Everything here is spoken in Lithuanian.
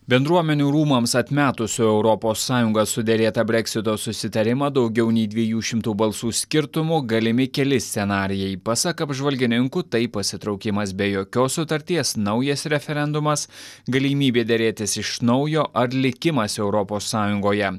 bendruomenių rūmams atmetus su europos sąjunga suderėtą breksito susitarimą daugiau nei dviejų šimtų balsų skirtumu galimi keli scenarijai pasak apžvalgininkų tai pasitraukimas be jokios sutarties naujas referendumas galimybė derėtis iš naujo ar likimas europos sąjungoje